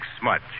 smudge